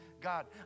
God